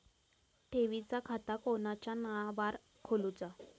ठेवीचा खाता कोणाच्या नावार खोलूचा?